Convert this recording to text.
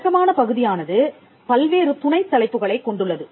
விளக்கமான பகுதியானது பல்வேறு துணைத் தலைப்புகளைக் கொண்டுள்ளது